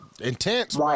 intense